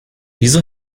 wieso